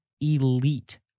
elite